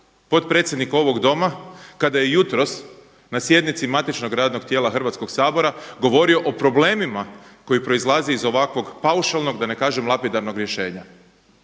potpredsjednik ovog Doma kada je jutros na sjednici matičnog radnog tijela Hrvatskog sabora govorio o problemima koji proizlaze iz ovakvog paušalnog da ne kažem lapidarnog rješenja.